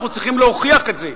אנחנו צריכים להוכיח את זה,